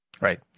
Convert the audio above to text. Right